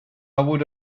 would